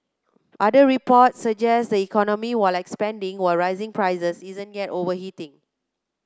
other reports suggest the economy while expanding with rising prices isn't yet overheating